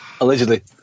Allegedly